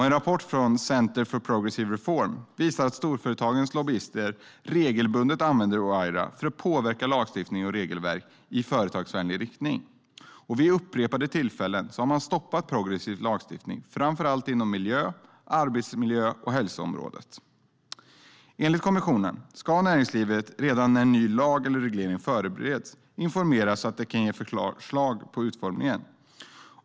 En rapport från Center for Progressive Reform visar att storföretagens lobbyister regelbundet använder OIRA för att påverka lagstiftning och regelverk i företagsvänlig riktning. Vid upprepade tillfällen har man stoppat progressiv lagstiftning, framför allt inom miljö, arbetsmiljö och hälsoområdet. Enligt kommissionen ska näringslivet redan när en ny lag eller reglering förbereds informeras så att man kan ge förslag på utformning.